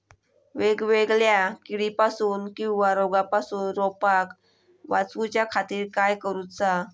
वेगवेगल्या किडीपासून किवा रोगापासून रोपाक वाचउच्या खातीर काय करूचा?